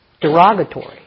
derogatory